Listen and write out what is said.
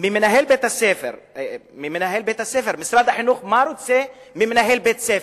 ממנהל בית-הספר, מה רוצה משרד החינוך ממנהל בית-הספר?